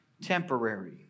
temporary